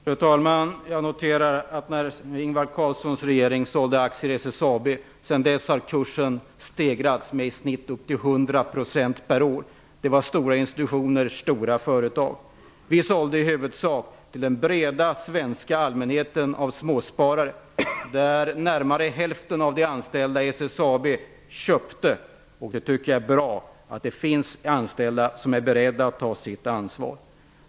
Fru talman! Jag noterar att sedan Ingvar Carlssons regering sålde ut aktier i SSAB har kursen stegrats med upp till i genomsnitt 100 % per år. Man sålde då ut till stora institutioner och stora företag. Vi sålde i huvudsak ut till den breda svenska allmänheten av småsparare. Närmare hälften av de anställda i SSAB köpte aktier. Jag tycker att det är bra att det finns anställda som är beredda att ta sitt ansvar.